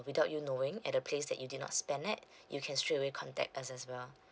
without you knowing at the place that you did not spend at you can straight away contact us as well